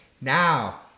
Now